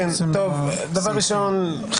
דבר ראשון,